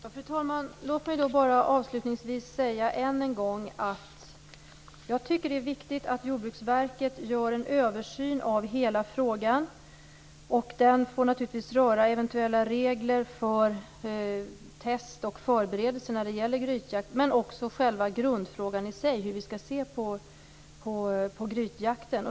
Fru talman! Låt mig bara avslutningsvis säga än en gång att jag tycker att det är viktigt att Jordbruksverket gör en översyn av hela frågan. Den får naturligtvis röra eventuella regler för test och förberedelser när det gäller grytjakt men också själva grundfrågan i sig, hur vi skall se på grytjakten.